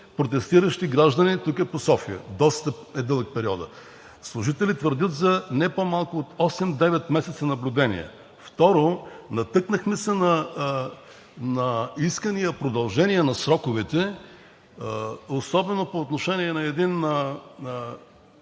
протестиращи граждани тук по София. Доста е дълъг периодът! Служители твърдят за не по-малко от 8 – 9 месеца наблюдение. Второ, натъкнахме се на искания – продължение на сроковете, особено по отношение на един